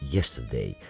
Yesterday